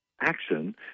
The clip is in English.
action